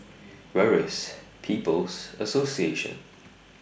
Where IS People's Association